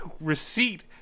receipt